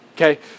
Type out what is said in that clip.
okay